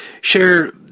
share